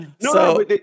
no